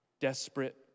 desperate